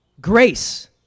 Grace